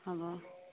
হ'ব